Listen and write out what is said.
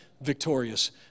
victorious